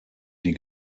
die